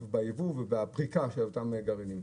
בייבוא ובפריקה של אותם גרעינים.